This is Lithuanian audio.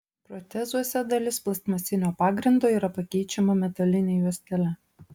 protezuose dalis plastmasinio pagrindo yra pakeičiama metaline juostele